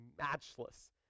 matchless